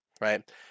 right